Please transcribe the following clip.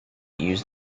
used